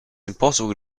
impossible